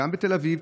גם בתל אביב,